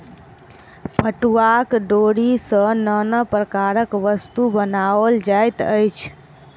पटुआक डोरी सॅ नाना प्रकारक वस्तु बनाओल जाइत अछि